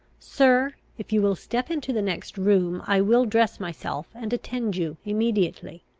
sir, if you will step into the next room, i will dress myself, and attend you immediately.